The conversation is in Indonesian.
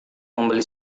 membeli